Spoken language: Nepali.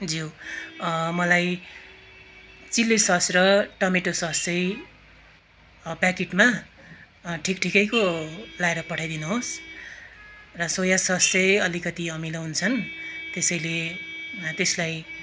ज्यू मलाई चिल्ली सस र टमेटो सस चाहिँ पेकेटमा ठिकठिकैको लगाएर पठाइदिनु होस् र सोया सस चाहिँ अलिकति अमिलो हुन्छन् त्यसैले त्यसलाई